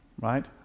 Right